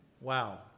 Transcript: Wow